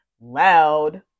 loud